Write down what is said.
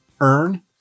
earn